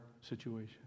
situation